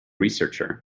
researcher